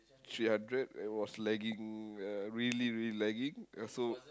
three hundred and it was lagging uh really really lagging uh so